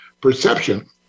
perception